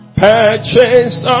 purchase